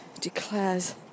Declares